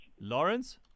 Lawrence